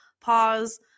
pause